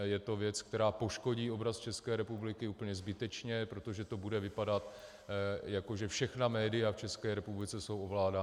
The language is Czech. Je to věc, která poškodí obraz České republiky úplně zbytečně, protože to bude vypadat, jako že všechna média v České republice jsou ovládána.